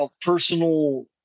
personal